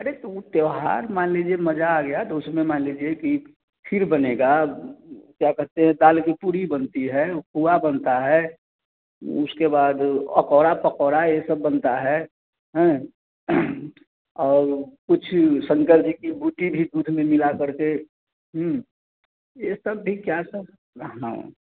अरे तो ऊ त्यौहार मान लीजिए मज़ा आ गया तो उसमें मान लीजिए कि खीर बनेगा क्या कहते हैं दाल की पूरी बनती है पोहा बनता है उसके बाद अकौड़ा पकौड़ा ये सब बनता है हैं और कुछ शंकर जी की बूटी भी दूध में मिलाकर के ये सब भी क्या सब